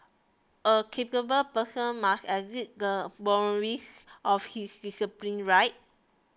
a capable person must exceed the boundaries of his discipline right